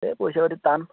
এই পইচা পাতিৰ টান